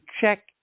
check